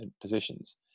positions